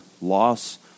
loss